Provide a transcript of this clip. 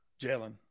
Jalen